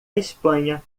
espanha